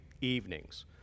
evenings